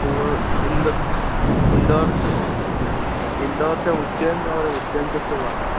वो इंदौर से इंदौर से उज्जैन और उज्जैन से फिर वापसी